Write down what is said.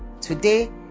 Today